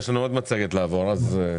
יש לנו עוד מצגת לעבור עליה.